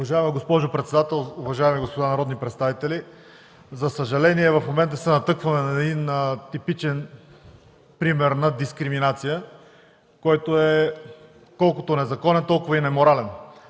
Уважаема госпожо председател, уважаеми господа народни представители! За съжаление в момента се натъкваме на типичен пример на дискриминация, който колкото е незаконен, толкова е и неморален.